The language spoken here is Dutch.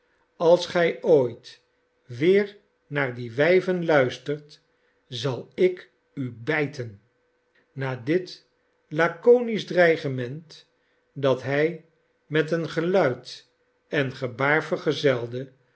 als gij ooit weer naar die wijven luistert zal ik u bijten na dit laeonisch dreigement dat hij met een geluid en gebaar vergezelde